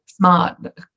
Smart